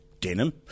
denim